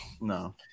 No